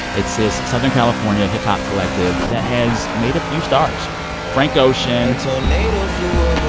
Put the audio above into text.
it's this southern california hip-hop collective that has made a few stars frank ocean. a tornado flew